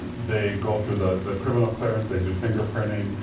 they go through the criminal clearance. they do fingerprinting.